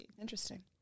interesting